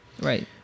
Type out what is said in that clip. Right